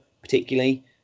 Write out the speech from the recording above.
particularly